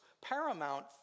paramount